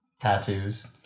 Tattoos